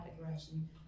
aggression